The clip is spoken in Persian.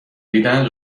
دیدن